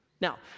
Now